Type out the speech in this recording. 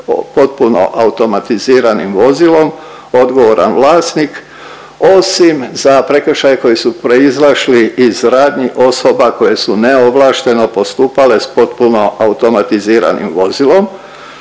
potpuno automatiziranim vozilom odgovoran vlasnik, osim za prekršaje koji su proizašli iz radnji osoba koje su neovlašteno postupale s potpuno automatiziranim vozilom.